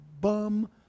bum